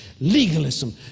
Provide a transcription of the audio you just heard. legalism